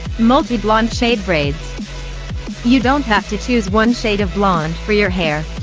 multi blonde shade braids you don't have to choose one shade of blonde for your hair.